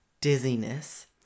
Dizziness